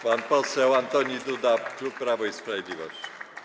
Pan poseł Antoni Duda, klub Prawo i Sprawiedliwość.